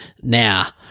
now